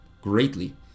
greatly